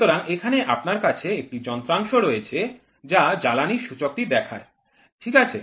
সুতরাং এখানে আপনার কাছে একটি যন্ত্রাংশ রয়েছে যা জ্বালানীর সূচকটি দেখায় ঠিক আছে